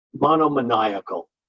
monomaniacal